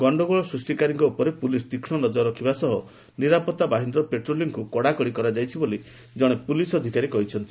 ଗଣ୍ଡଗୋଳ ସୃଷ୍ଟିକାରୀଙ୍କ ଉପରେ ପୁଲିସ ତୀକ୍ଷ୍ମ ନଜର ରଖିବା ସହ ନିରାପତ୍ତା ବାହିନୀର ପାଟ୍ରୋଲିଂକୁ କଡାକଡି କରାଯାଇଛି ବୋଲି କଣେ ପୁଲିସ ଅଧିକାରୀ କହିଛନ୍ତି